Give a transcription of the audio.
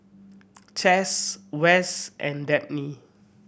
Chaz Wes and Dabney